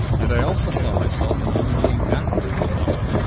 and i also saw myself an unwilling actor in the drama.